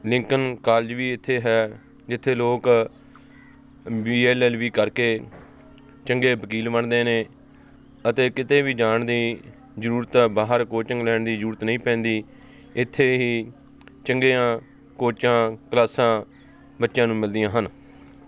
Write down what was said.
Lincoln college ਵੀ ਇੱਥੇ ਹੈ ਜਿੱਥੇ ਲੋਕ ਬੀ ਐੱਲ ਐੱਲ ਬੀ ਕਰਕੇ ਚੰਗੇ ਵਕੀਲ ਬਣਦੇ ਨੇ ਅਤੇ ਕਿਤੇ ਵੀ ਜਾਣ ਦੀ ਜ਼ਰੂਰਤ ਬਾਹਰ ਕੋਚਿੰਗ ਲੈਣ ਦੀ ਜ਼ਰੂਰਤ ਨਹੀਂ ਪੈਂਦੀ ਇੱਥੇ ਹੀ ਚੰਗੀਆਂ ਕੋਚਾਂ ਕਲਾਸਾਂ ਬੱਚਿਆਂ ਨੂੰ ਮਿਲਦੀਆਂ ਹਨ